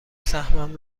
سهمم